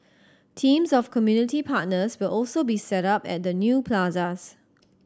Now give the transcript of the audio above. teams of community partners will also be set up at the new plazas